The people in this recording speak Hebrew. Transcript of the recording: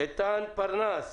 איתן פרנס,